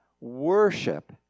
worship